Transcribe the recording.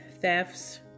thefts